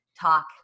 talk